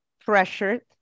pressured